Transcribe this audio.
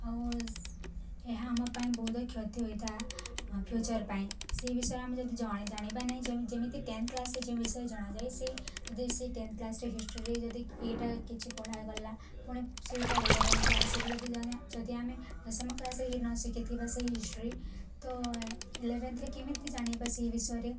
ଆଉ ଏହା ଆମ ପାଇଁ ବହୁତ କ୍ଷତି ହୋଇଥାଏ ଫ୍ୟୁଚର୍ ପାଇଁ ସେହି ବିଷୟରେ ଆମେ ଯଦି ଜାଣିବା ନାହିଁ ଯେ ଯେମିତି ଟେନ୍ଥ କ୍ଲାସ୍ରେ ଯେଉଁ ବିଷୟରେ ଜଣାଯାଏ ସେ ଯଦି ସେଇ ଟେନ୍ଥ କ୍ଲାସ୍ରେ ହିଷ୍ଟ୍ରିରେ ଯଦି ଏଇଟା କିଛି ପଢ଼ା ଗଲା ପୁଣି ସେଇଟା ଇଲେଭେନ୍ଥରେ ଆସିବ ଯଦି ଯଦି ଆମେ ଦଶମ କ୍ଲାସ୍ରେ ହି ନ ଶିଖିଥିବା ସେହି ହିଷ୍ଟ୍ରି ତ ଇଲେଭେନ୍ଥରେ କେମିତି ଜାଣିବା ସେହି ବିଷୟରେ